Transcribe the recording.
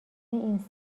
این